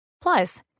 Plus